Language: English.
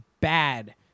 bad